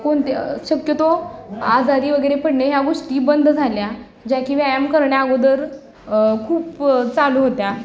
कोणत्या शक्यतो आजारी वगैरे पडणे ह्या गोष्टी बंद झाल्या ज्या की व्यायाम करण्याअगोदर खूप चालू होत्या